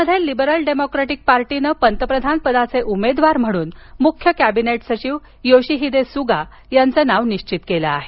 नेता जपानमध्ये Liberal Democratic Party नं पंतप्रधानपदाचे उमेदवार म्हणून मुख्य कॅबिनेट सचिव योशिहीदे सुगा यांचं नाव निश्वित केलं आहे